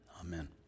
Amen